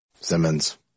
Simmons